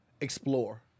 explore